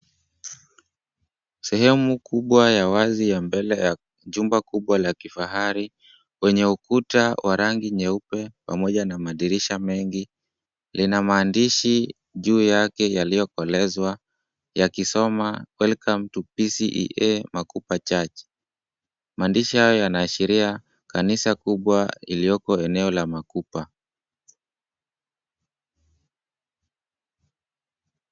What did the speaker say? Sehemu kubwa ya wazi ya mbele ya jumba kubwa la kifahari wenye ukuta wa rangi nyeupe pamoja na madirisha mengi lina maandishi juu yake yaliyokolezwa yakisoma Welcome To PCEA Makupa Church. Maandishi hayo yanaashiria kanisa kubwa iliyoko eneo la Makupa.